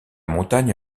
montagne